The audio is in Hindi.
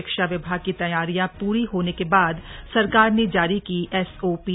शिक्षा विभाग की तैयारियां पूरी होने के बाद सरकार ने जारी की एसओपी